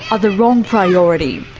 are the wrong priority.